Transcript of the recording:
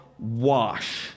Wash